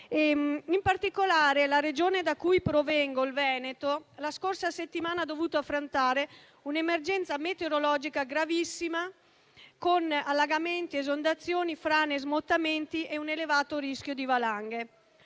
settimana la Regione da cui provengo, il Veneto, ha dovuto affrontare un'emergenza meteorologica gravissima con allagamenti, esondazioni, frane, smottamenti e un elevato rischio di valanghe.